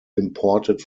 imported